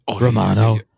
Romano